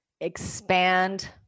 expand